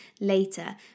later